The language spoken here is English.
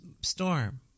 Storm